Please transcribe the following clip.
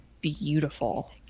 beautiful